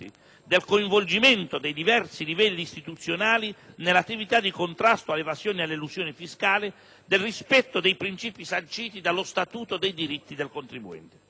del coinvolgimento dei diversi livelli istituzionali nell'attività di contrasto all'evasione e all'elusione fiscale, del rispetto dei principi sanciti dallo statuto dei diritti del contribuente.